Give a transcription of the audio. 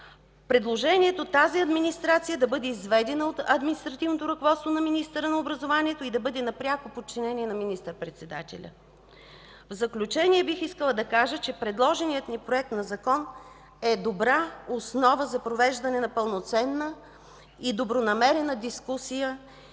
предложението тази администрация да бъде изведена от административното ръководство на министъра на образованието и науката и да бъде на пряко подчинение на министър-председателя. В заключение, бих искала да кажа, че предложеният ни Законопроект е добра основа за провеждане на пълноценна и добронамерена дискусия,